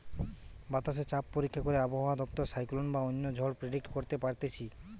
বাতাসে চাপ পরীক্ষা করে আবহাওয়া দপ্তর সাইক্লোন বা অন্য ঝড় প্রেডিক্ট করতে পারতিছে